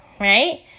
Right